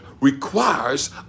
requires